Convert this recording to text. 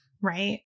right